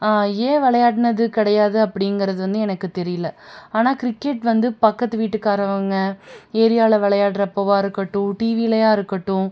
ஏன் வெளையாடினது கிடையாது அப்படிங்கிறது வந்து எனக்கு தெரியிலை ஆனால் கிரிக்கெட் வந்து பக்கத்து வீட்டுக்காரவங்கள் ஏரியாவில விளையாடுறப்போவா இருக்கட்டும் டிவிலையாக இருக்கட்டும்